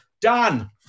done